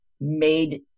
made